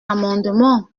amendement